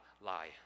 lie